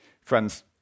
Friends